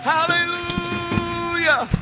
Hallelujah